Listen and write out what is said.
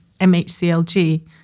MHCLG